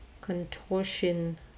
contortion